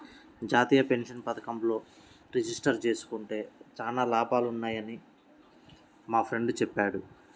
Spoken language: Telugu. జాతీయ పెన్షన్ పథకంలో రిజిస్టర్ జేసుకుంటే చానా లాభాలున్నయ్యని మా ఫ్రెండు చెప్పాడు